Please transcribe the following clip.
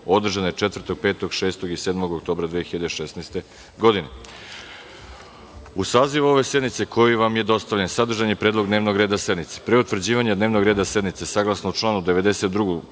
održane 4, 5, 6. i 7. oktobra 2016. godine. Uz saziv ove sednice, koji vam je dostavljen, sadržan je predlog dnevnog reda sednice. Pre utvrđivanja dnevnog reda sednice, saglasno članu 92.